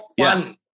fun